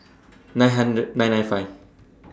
nine hundred nine nine five